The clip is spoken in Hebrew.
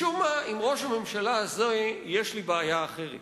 משום מה, עם ראש הממשלה הזה יש לי בעיה אחרת.